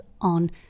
on